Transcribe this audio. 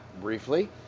briefly